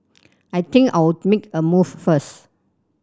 I think I'll make a move first